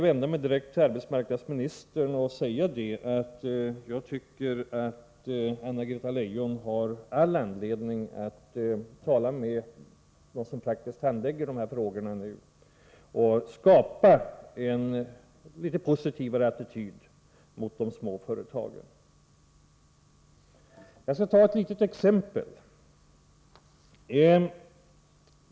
Jag tycker att Anna-Greta Leijon har all anledning att tala med dem som praktiskt handlägger dessa frågor och försöka att hos dem skapa en positivare attityd till de små företagen. Jag kan ta ett litet exempel.